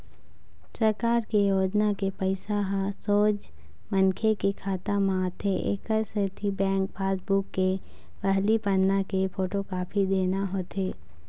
सरकार के योजना के पइसा ह सोझ मनखे के खाता म आथे एकर सेती बेंक पासबूक के पहिली पन्ना के फोटोकापी देना होथे